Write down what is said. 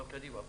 אבל קדימה.